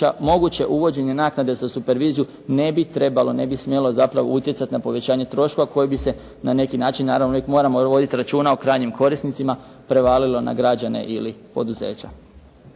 moguće uvođenje naknade za superviziju ne bi trebalo, ne bi smjelo zapravo utjecati na povećanje troškova koje bi se na neki način, naravno uvijek moramo voditi računa o krajnjim korisnicima, prevalilo na građane ili poduzeća.